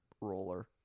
roller